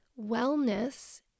wellness